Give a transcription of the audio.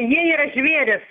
jie yra žvėrys